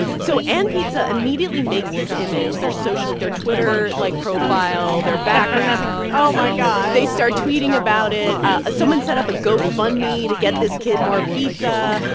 so and pizza immediately makes this image their social their twitter, like, profile, their background oh, my god they start tweeting about it. ah someone set up a gofundme to get this kid more pizza.